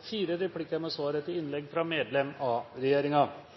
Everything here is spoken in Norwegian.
fire replikker med svar etter innlegg fra medlem av